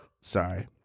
Sorry